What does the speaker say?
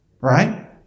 Right